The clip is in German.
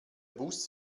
bus